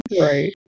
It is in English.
Right